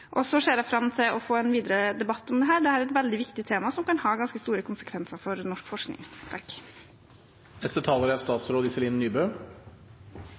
ser fram til å få en videre debatt om dette. Dette er et veldig viktig tema som kan ha ganske store konsekvenser for norsk forskning. Som interpellanten selv sier, er